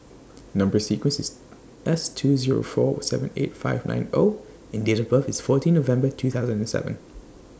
Number sequence IS S two Zero four seven eight five nine O and Date of birth IS fourteen November two thousand and seven